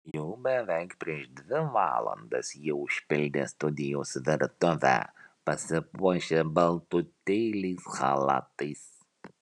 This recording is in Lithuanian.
jau beveik prieš dvi valandas jie užpildė studijos virtuvę pasipuošę baltutėliais chalatais